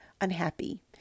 unhappy